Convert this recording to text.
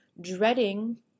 dreading